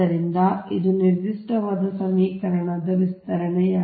ಆದ್ದರಿಂದ ಇದು ಈ ನಿರ್ದಿಷ್ಟ ಸಮೀಕರಣದ ವಿಸ್ತರಣೆಯಾಗಿದೆ